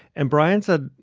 and bryan said,